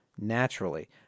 naturally